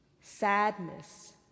sadness